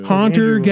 Haunter